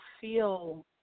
feel